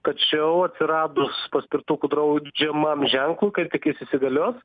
tačiau atsiradus paspirtukų draudžiamam ženklui kaip tik jis įsigalios